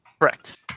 Correct